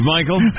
Michael